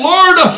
Lord